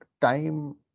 time